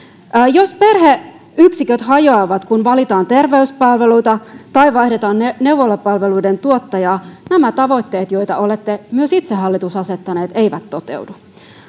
jos perheyksiköt hajoavat kun valitaan terveyspalveluita tai vaihdetaan neuvolapalveluiden tuottajaa nämä tavoitteet joita olette myös itse hallitus asettaneet eivät toteudu